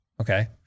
okay